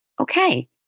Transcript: Okay